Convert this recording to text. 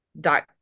dot